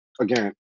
again